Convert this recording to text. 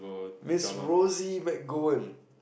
Miss Rosie McGowen